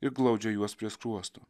ir glaudžia juos prie skruosto